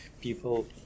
people